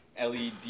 LED